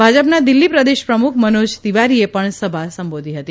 ભાજપના દિલ્હી પ્રદેશ પ્રમુખ મનોજ તિવારીએ પણ સભા સંબોધી હતી